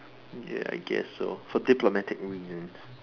ya I guess so for diplomatic reasons